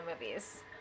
movies